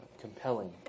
compelling